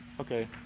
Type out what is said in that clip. okay